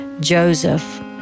Joseph